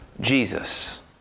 Jesus